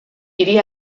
hiri